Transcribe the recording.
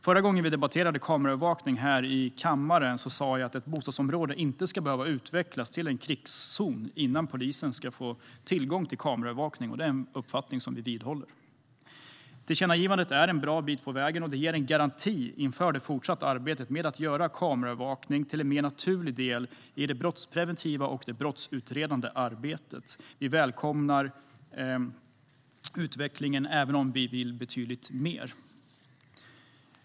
Förra gången vi debatterade kameraövervakning här i kammaren sa jag att ett bostadsområde inte ska behöva utvecklas till en krigszon innan polisen ska få tillgång till kameraövervakning, och det är en uppfattning som vi vidhåller. Tillkännagivandet är en bit på vägen och ger en garanti inför det fortsatta arbetet med att göra kameraövervakning till en mer naturlig del i det brottspreventiva och brottsutredande arbetet. Vi välkomnar utvecklingen även om vi vill betydligt mer.